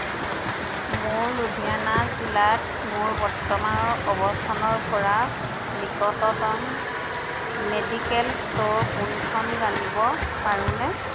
মোৰ লুধিয়ানা জিলাত মোৰ বৰ্তমানৰ অৱস্থানৰ পৰা নিকটতম মেডিকেল ষ্ট'ৰ কোনখন জানিব পাৰোঁনে